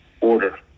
order